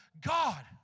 God